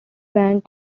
band